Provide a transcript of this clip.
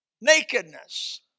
nakedness